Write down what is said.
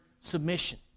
submission